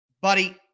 buddy